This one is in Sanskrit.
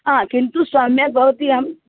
हा किन्तु सम्यक् भवति अहं